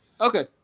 Okay